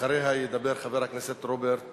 אחריה ידבר חבר הכנסת רוברט טיבייב.